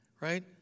Right